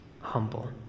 humble